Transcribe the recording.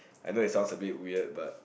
I know it sounds a bit weird but